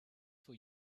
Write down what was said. for